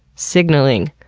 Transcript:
signaling,